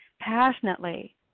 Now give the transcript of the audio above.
passionately